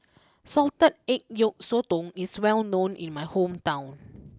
Salted Egg Yolk Sotong is well known in my hometown